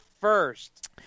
first